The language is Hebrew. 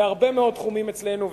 בהרבה מאוד תחומים אצלנו,